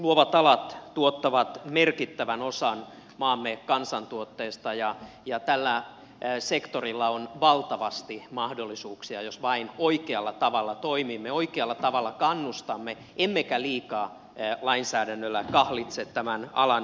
luovat alat tuottavat merkittävän osan maamme kansantuotteesta ja tällä sektorilla on valtavasti mahdollisuuksia jos vain oikealla tavalla toimimme oikealla tavalla kannustamme emmekä liikaa lainsäädännöllä kahlitse tämän alan kehittymistä